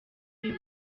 uyu